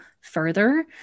further